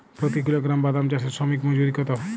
প্রতি কিলোগ্রাম বাদাম চাষে শ্রমিক মজুরি কত?